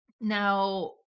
Now